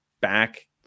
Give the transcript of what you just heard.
back